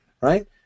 right